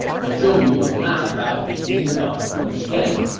but zhou yu was not about to be leaned on once again.